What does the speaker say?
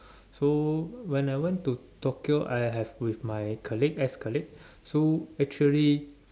so when I went to Tokyo I have with my colleague ex colleague so actually